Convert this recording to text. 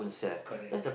correct